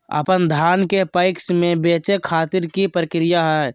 अपन धान के पैक्स मैं बेचे खातिर की प्रक्रिया हय?